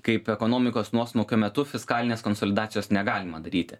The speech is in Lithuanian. kaip ekonomikos nuosmukio metu fiskalinės konsolidacijos negalima daryti